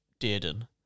Dearden